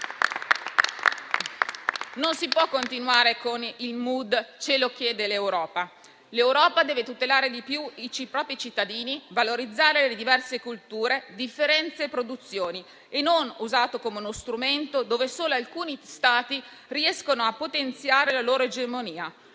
Non si può continuare con il *mood* «ce lo chiede l'Europa». L'Europa deve tutelare di più i propri cittadini, valorizzare le diverse culture, differenze e produzioni e non deve essere usata come uno strumento con il quale solo alcuni Stati riescono a potenziare la loro egemonia.